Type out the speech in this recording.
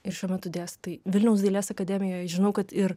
ir šiuo metu dėstai vilniaus dailės akademijoj žinau kad ir